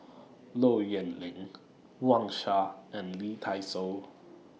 Low Yen Ling Wang Sha and Lee Dai Soh